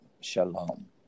shalom